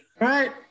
Right